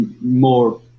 more